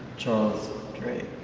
charles drake.